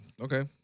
Okay